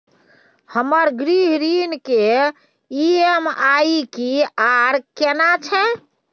हमर गृह ऋण के ई.एम.आई की आर केना छै?